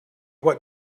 what